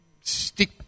stick